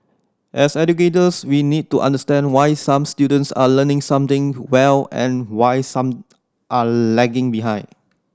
as educators we need to understand why some students are learning something well and why some are lagging behind